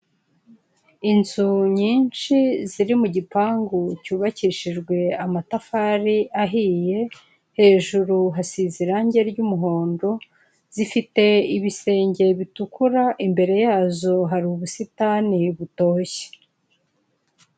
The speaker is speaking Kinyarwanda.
Inzu nyinshi ziri mu gipangu cyubakishijwe amatafari ahiye, hejuru hasize irangi ry'umuhondo, zifite ibisenge bitukura imbere yazo hari ubusitani butoshye.